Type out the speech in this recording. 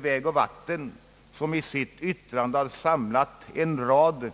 vägoch vatten, som i sitt yttrande har samlat en rad